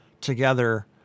together